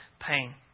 pain